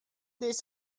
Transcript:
this